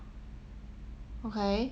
okay